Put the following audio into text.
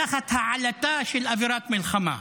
תחת העלטה של אווירת מלחמה.